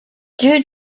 due